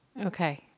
Okay